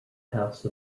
house